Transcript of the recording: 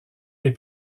les